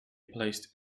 placed